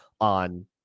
on